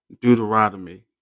Deuteronomy